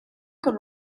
con